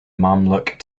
mamluk